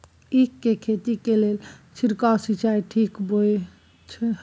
ईख के खेती के लेल छिरकाव सिंचाई ठीक बोय ह?